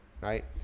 right